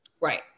Right